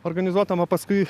organizuotam o paskui